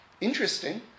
interesting